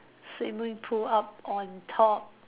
swimming pool up on top